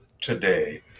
today